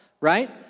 right